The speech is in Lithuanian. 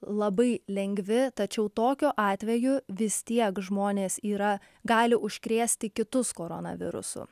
labai lengvi tačiau tokiu atveju vis tiek žmonės yra gali užkrėsti kitus koronavirusu